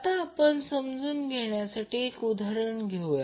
आता आपण समजून घेण्यासाठी एक उदाहरण घेऊया